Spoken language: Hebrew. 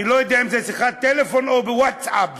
אני לא יודע זה בשיחת טלפון או בשיחת ווטסאפ,